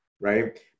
right